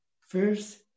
First